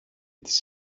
της